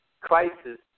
crisis